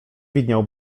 widniał